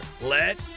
let